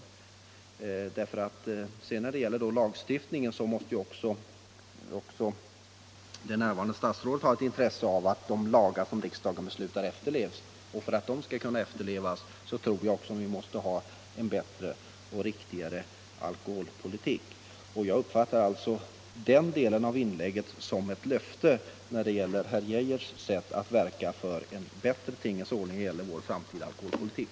När det sedan gäller lagstiftningen i denna fråga måste vi ha en bättre och riktigare alkoholpolitik för att de lagar som riksdagen kommer att besluta om skall kunna efterlevas. Herr Geijers inlägg i detta sammanhang uppfattar jag som ett löfte om att han kommer att verka för en bättre tingens ordning i fråga om vår framtida alkoholpolitik.